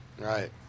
Right